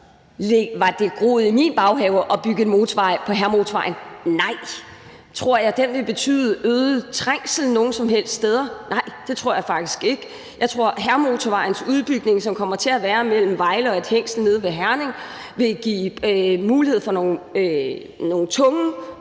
Var det groet i min baghave at bygge en motorvej på Hærvejen? Nej. Tror jeg, at den vil betyde øget trængsel nogen som helst steder? Nej, det tror jeg faktisk ikke. Jeg tror, at Hærvejsmotorvejens udbygning, som kommer til at være mellem Vejle og et hængsel ved Herning, vil give nogle tunge